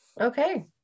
Okay